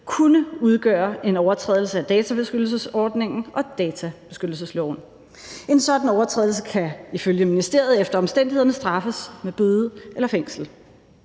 kunne udgøre en overtrædelse af databeskyttelsesforordningen og databeskyttelsesloven. En sådan overtrædelse kan ifølge ministeriet efter omstændighederne straffes med bøde eller fængsel.